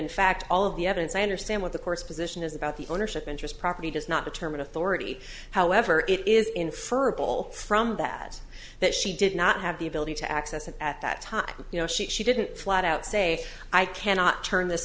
in fact all of the evidence i understand what the course position is about the ownership interest property does not determine authority however it is inferrable from that that she did not have the ability to access and at that time you know she didn't flat out say i cannot turn this